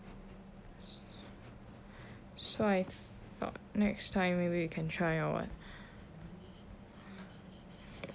so I thought next time maybe we can try or [what]